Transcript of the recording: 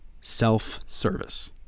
self-service